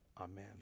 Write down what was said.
Amen